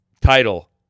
title